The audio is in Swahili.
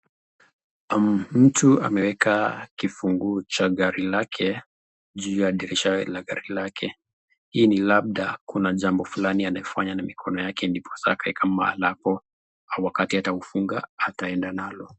Mtu ameweka kifunguo cha gari lake juu ya dirisha la gari lake. Hii ni labda kuna jambo fulani anafanya na mikono yake ndiposa akaeka mahala hapo au wakati ataufunga ataenda nalo.